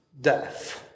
death